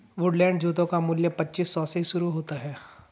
Woodland जूतों का मूल्य पच्चीस सौ से शुरू होता है